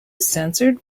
censored